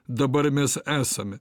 dabar mes esame